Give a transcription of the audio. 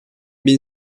bin